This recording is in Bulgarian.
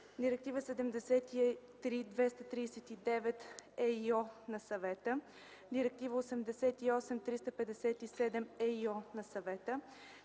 Директива 73/239/ЕИО на Съвета; - Директива 88/357/ЕИО на Съвета;